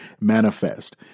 manifest